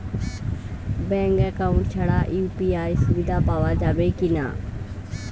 Bank account ছাড়া UPI সুবিধা পাওয়া যাবে কি না?